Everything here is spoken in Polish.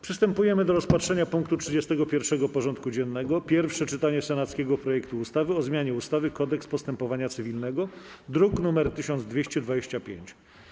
Przystępujemy do rozpatrzenia punktu 31. porządku dziennego: Pierwsze czytanie senackiego projektu ustawy o zmianie ustawy - Kodeks postępowania cywilnego (druk nr 1225)